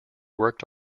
worked